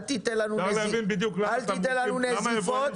אל תיתן לנו נזיפות